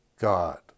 God